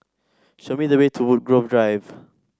show me the way to Woodgrove Drive